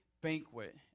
banquet